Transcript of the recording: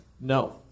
No